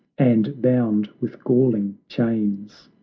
and bound with galling chains!